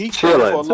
chilling